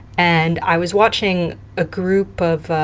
and i was watching a group of,